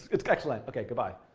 its excellent. okay, goodbye.